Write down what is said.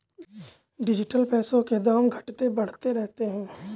digital पैसों के दाम घटते बढ़ते रहते हैं